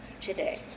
today